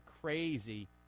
crazy